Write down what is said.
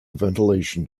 ventilation